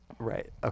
right